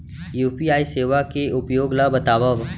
UPI सेवा के उपयोग ल बतावव?